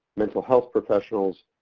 mental health professionals,